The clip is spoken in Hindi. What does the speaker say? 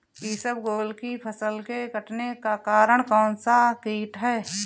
इसबगोल की फसल के कटने का कारण कौनसा कीट है?